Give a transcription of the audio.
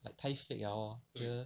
like 太 fake liao orh 觉得